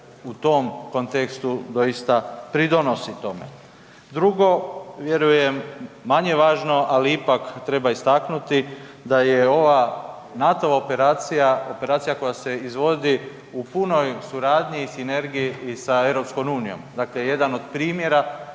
u tom kontekstu doista pridonosi tome. Drugo, vjerujem manje važno, ali ipak treba istaknuti da je ova NATO-va operacija operacija koja se izvodi u punoj suradnji i sinergiji i sa EU, dakle jedan od primjera